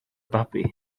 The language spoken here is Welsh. babi